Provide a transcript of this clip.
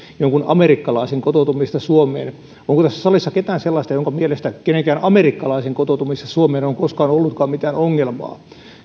jonkun amerikkalaisen kotoutumisesta suomeen onko tässä salissa ketään sellaista jonka mielestä kenenkään amerikkalaisen kotoutumisessa suomeen on koskaan ollutkaan mitään ongelmaa